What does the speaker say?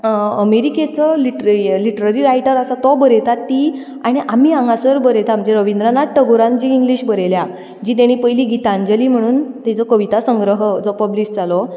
अमेरिकेचो literary writer आसा तो बरयता ती आनी आमी हांगासर बरयता आमचे रबींद्रनाथ ठगोरान जी इंग्लीश बरयल्या जी ताणें पयली गीतांजली म्हणून ताचो कविता संग्रह जो पब्लीश जालो